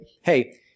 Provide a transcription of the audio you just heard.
Hey